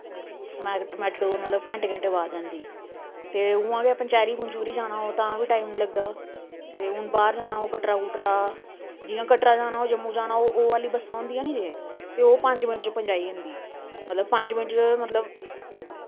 Matador मतलब घैंटे घैंटे बाद जंदी ते उआं गै पंचैरी पंचुरी जाना हो तां वी टाइम लगदा ते हून बाह्र जाना होग कटरा कुटरा जियां कटरा जाना हो जम्मू जाना हो ओह् आह्ली बस्सां होंदियां निं जे ते ओह् पंज मिंट च पजाई जंदी मतलब पंज मिंट च मतलब